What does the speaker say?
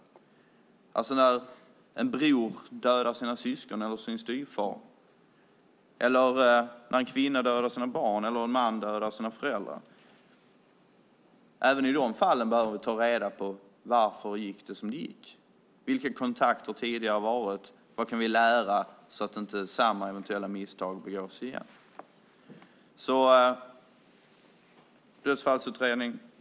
Det kan handla om en bror som dödar sina syskon eller sin styvfar, en kvinna som dödar sina barn eller en man som dödar sina föräldrar. Även i de fallen behöver vi ta reda på varför det gick som det gick, vilka kontakter som tidigare varit och vad vi kan lära oss av det så att inte samma eventuella misstag begås igen. Det behövs dödsfallsutredningar.